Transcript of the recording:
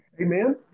amen